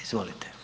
Izvolite.